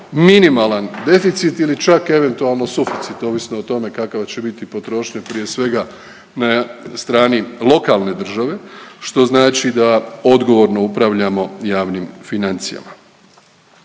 minimalan deficit ili čak eventualno suficit ovisno o tome kakva će biti potrošnja prije svega na strani lokalne države što znači da odgovorno upravljamo javnim financijama.